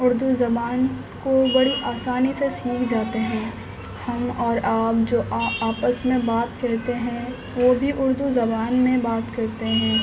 اردو زبان کو بڑی آسانی سے سیکھ جاتے ہیں ہم اور آپ جو آپس میں بات کرتے ہیں وہ بھی اردو زبان میں بات کرتے ہیں